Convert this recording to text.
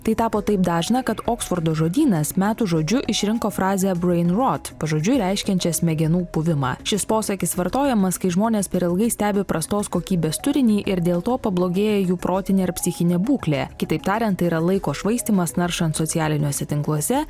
tai tapo taip dažna kad oksfordo žodynas metų žodžiu išrinko frazę brain rot pažodžiui reiškiančią smegenų puvimą šis posakis vartojamas kai žmonės per ilgai stebi prastos kokybės turinį ir dėl to pablogėja jų protinė ir psichinė būklė kitaip tariant tai yra laiko švaistymas naršant socialiniuose tinkluose